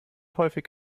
häufig